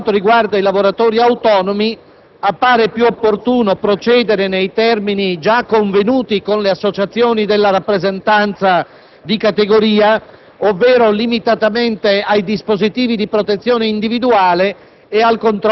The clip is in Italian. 2, lettera *c)*. Ricordo che, per quanto riguarda i lavoratori autonomi, appare più opportuno procedere nei termini già convenuti con le associazioni di categoria,